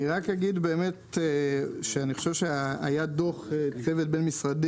אני רק אגיד שהיה דו"ח צוות בין משרדי